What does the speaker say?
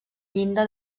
llinda